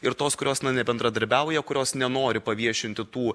ir tos kurios nebendradarbiauja kurios nenori paviešinti tų